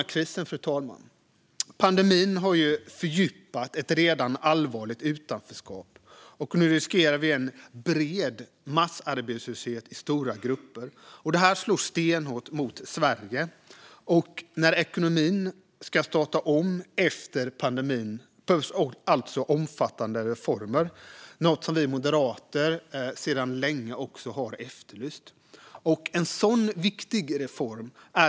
När det gäller coronakrisen har pandemin fördjupat ett redan allvarligt utanförskap. Nu riskerar vi att få en bred massarbetslöshet i stora grupper. Det slår stenhårt mot Sverige. När ekonomin ska startas om efter pandemin behövs alltså omfattande reformer, vilket vi moderater har efterlyst sedan länge.